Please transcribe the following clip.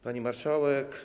Pani Marszałek!